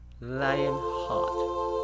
Lionheart